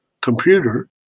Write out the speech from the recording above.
computer